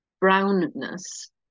brownness